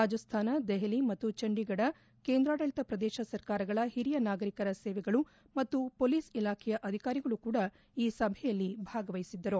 ರಾಜ್ದಾನ ದೆಹಲಿ ಮತ್ತು ಚಂಢೀಗಡ ಕೇಂದ್ರಾಡಳಿತ ಪ್ರದೇಶ ಸರ್ಕಾರಗಳ ಹಿರಿಯ ನಾಗರಿಕ ಸೇವೆಗಳು ಮತ್ತು ಮೋಲೀಸ್ ಇಲಾಖೆಯ ಅಧಿಕಾರಿಗಳು ಕೂಡ ಈ ಸಭೆಯಲ್ಲಿ ಭಾಗವಹಿಸಿದ್ದರು